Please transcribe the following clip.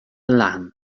leathan